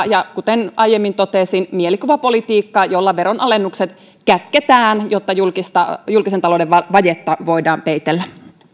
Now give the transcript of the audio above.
ja kuten aiemmin totesin mielikuvapolitiikka jolla veronalennukset kätketään jotta julkisen talouden vajetta voidaan peitellä